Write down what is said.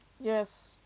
Yes